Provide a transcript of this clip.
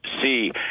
see